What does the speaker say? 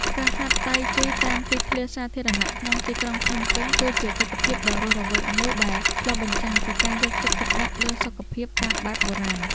ការហាត់តៃជីតាមទីធ្លាសាធារណៈក្នុងទីក្រុងភ្នំពេញ គឺជាទិដ្ឋភាពដ៏រស់រវើកមួយដែលឆ្លុះបញ្ចាំងពីការយកចិត្តទុកដាក់លើសុខភាពតាមបែបបុរាណ។